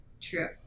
True